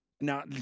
Now